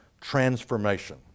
transformation